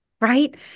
Right